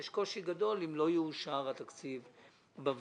יש קושי גדול אם לא יאושר התקציב בוועדה,